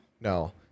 No